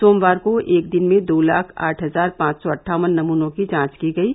सोमवार को एक दिन में दो लाख आठ हजार पांच सौ अट्ठावन नमूनों की जांच की गयी